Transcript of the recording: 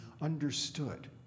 understood